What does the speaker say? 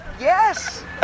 Yes